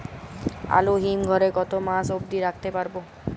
আলু হিম ঘরে কতো মাস অব্দি রাখতে পারবো?